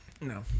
No